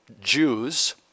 Jews